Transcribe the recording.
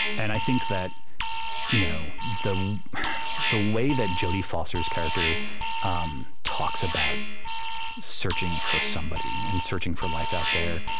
and i think that you know the the way that jodie foster's character um talks about searching for somebody and searching for life out there,